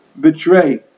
Betray